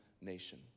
Nation